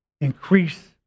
increase